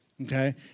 Okay